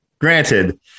granted